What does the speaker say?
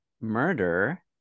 murder